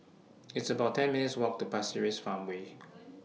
It's about ten minutes' Walk to Pasir Ris Farmway